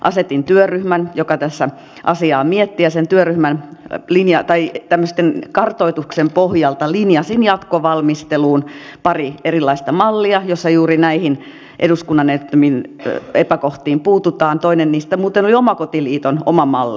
asetin työryhmän joka tässä asiaa mietti ja sen työryhmän kartoituksen pohjalta linjasin jatkovalmisteluun pari erilaista mallia joissa juuri näihin eduskunnan edellyttämiin epäkohtiin puututaan toinen niistä muuten oli omakotiliiton oma malli